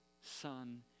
son